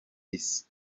isi